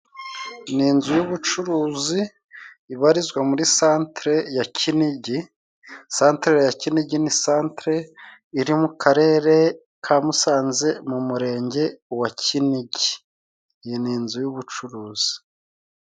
Ni inzu y'ubucuruzi ibarizwa muri santere ya Kinigi, santere ya Kinigi ni isantere iri mu karere ka Musanze mu umurenge wa Kinigi. Iyi ni inzu y'ubucuruzi.